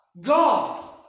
God